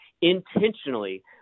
intentionally